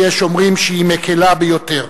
שיש אומרים שהיא מקלה ביותר,